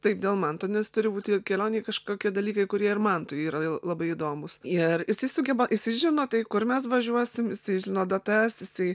taip dėl manto nes turi būti kelionėj kažkokie dalykai kurie ir mantui yra labai įdomūs ir jisai sugeba jisai žino tai kur mes važiuosim jisai žino datas jisai